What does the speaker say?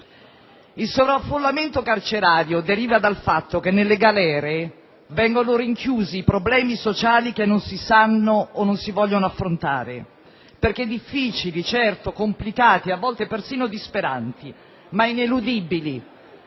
Il sovraffollamento carcerario deriva dal fatto che nelle galere vengono rinchiusi i problemi sociali che non si sanno o non si vogliono affrontare, perché difficili, certo, complicati, a volte persino disperanti, ma ineludibili,